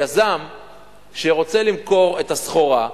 יזם שרוצה למכור את הסחורה,